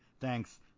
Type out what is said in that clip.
Thanks